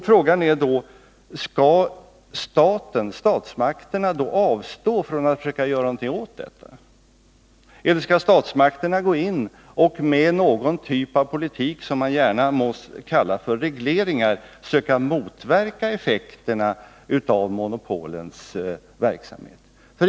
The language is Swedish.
Frågan är: Skall statsmakterna avstå från att försöka göra någonting åt detta, eller skall statsmakterna gå in och med någon typ av politik, som man gärna må kalla för regleringar, söka 15 motverka effekterna av monopolens verksamhet?